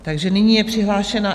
Takže nyní je přihlášena.